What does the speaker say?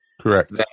Correct